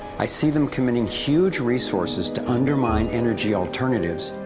i see them committing huge resources to undermine energy alternatives,